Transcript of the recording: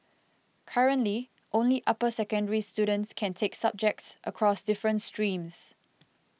currently only upper secondary students can take subjects across different streams